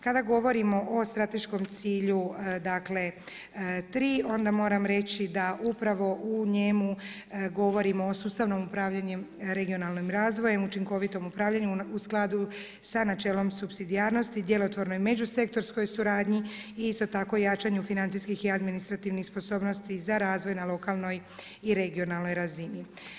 Kada govorimo o strateškom cilju tri, onda moram reći da upravo u njemu govorimo o sustavu upravljanjem regionalnim razvojem, učinkovitom upravljanju u skladu sa načelom supsidijarnosti, djelotvornoj međusektorskoj suradnji i isto tako jačanju financijskih i administrativnih sposobnosti za razvoj na lokalnoj i regionalnoj razini.